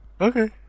Okay